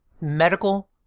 Medical